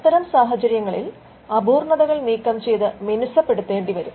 അത്തരം സാഹചര്യങ്ങളിൽ അപൂർണതകൾ നീക്കം ചെയ്ത് മിനുസ്സപ്പെടുത്തേണ്ടിവരും